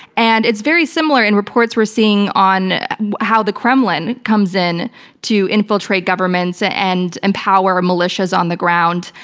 and it's very similar, and reports we're seeing on how the kremlin comes in to infiltrate governments and empower militias on the ground,